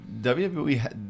WWE